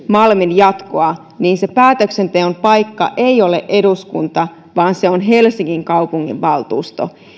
malmin jatkosta niin se päätöksenteon paikka ei ole eduskunta vaan se on helsingin kaupunginvaltuusto